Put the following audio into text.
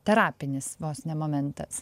terapinis vos ne momentas